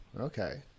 okay